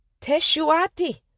teshuati